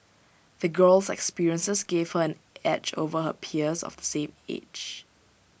the girl's experiences gave her an edge over her peers of the same age